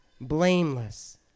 blameless